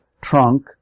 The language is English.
trunk